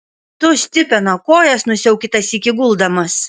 tu stipena kojas nusiauk kitą sykį guldamas